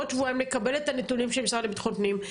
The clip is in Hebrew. עוד שבועיים נקבל את הנתונים של המשרד לביטחון פנים,